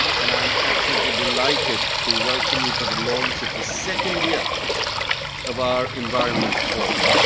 and i'm absolutely delighted to welcome you to the launch of the second year of our environment forum.